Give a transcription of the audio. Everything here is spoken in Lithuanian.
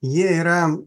jie yra